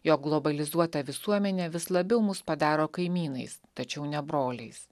jog globalizuota visuomenė vis labiau mus padaro kaimynais tačiau ne broliais